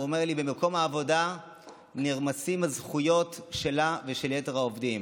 הוא אומר לי: במקום העבודה נרמסות הזכויות שלה ושל יתר העובדים.